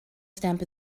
stamp